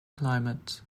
climate